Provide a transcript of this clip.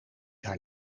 haar